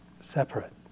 separate